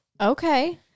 Okay